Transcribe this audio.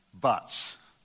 buts